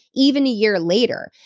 even a year later.